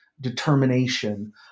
determination